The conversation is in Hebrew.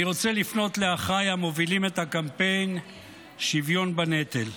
אני רוצה לפנות לאחיי המובילים את קמפיין השוויון בנטל.